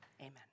Amen